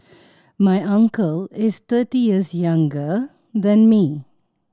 my uncle is thirty years younger than me